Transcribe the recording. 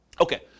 Okay